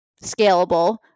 scalable